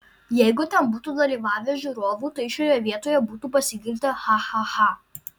jeigu ten būtų dalyvavę žiūrovų tai šioje vietoje būtų pasigirdę cha cha cha